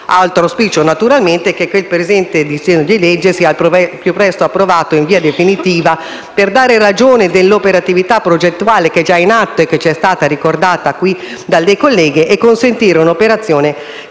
Auspichiamo inoltre che il presente disegno di legge sia al più presto approvato in via definitiva per dare ragione dell'operatività progettuale che è già in atto e che è stata ricordata dalle colleghe e consentire un'operazione che